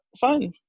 fun